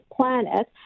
planet